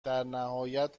درنهایت